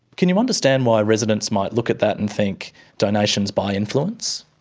can you understand why residents might look at that and think donations buy influence?